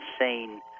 insane